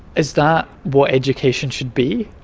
is that what education should be?